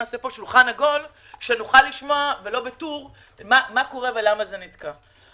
אמרנו שנעשה שולחן עגול ונוכל לשמוע למה זה קורה ולמה זה נתקע.